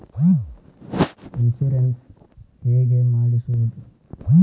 Insurance ಹೇಗೆ ಮಾಡಿಸುವುದು?